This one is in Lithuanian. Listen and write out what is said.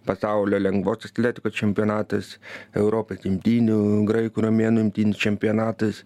pasaulio lengvosios atletikos čempionatas europos imtynių graikų romėnų imtynių čempionatas